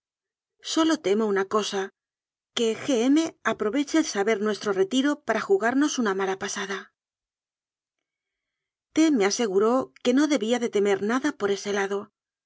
sólo temo una cosa que g m aproveche el saber nuestro retiro para jugarnos una mala pasada t me aseguró que no debía de temer nada por ese lado